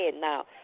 now